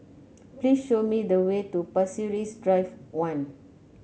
please show me the way to Pasir Panjang Drive One